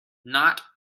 not